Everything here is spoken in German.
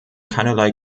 keinerlei